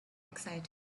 exciting